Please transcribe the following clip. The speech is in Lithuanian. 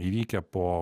įvykę po